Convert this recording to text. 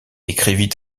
écrivit